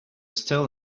still